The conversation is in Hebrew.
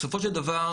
בסופו של דבר